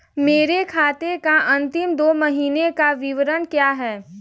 मेरे खाते का अंतिम दो महीने का विवरण क्या है?